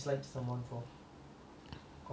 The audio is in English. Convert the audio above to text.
confirm you have